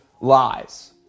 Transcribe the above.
lies